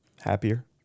happier